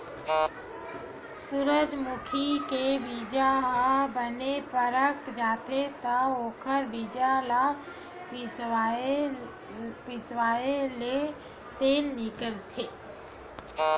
सूरजमूजी के बीजा ह बने पाक जाथे त ओखर बीजा ल पिसवाएले तेल निकलथे